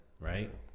right